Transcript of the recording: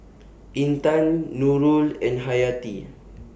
Intan Nurul and Hayati